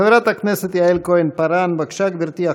חברת הכנסת יעל כהן-פארן, בבקשה, גברתי.